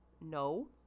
No